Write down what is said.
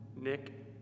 Nick